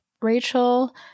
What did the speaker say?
Rachel